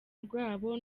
rwabo